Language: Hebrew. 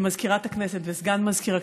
למזכירת הכנסת וסגן מזכיר הכנסת,